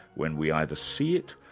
when we either see it,